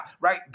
right